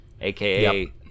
aka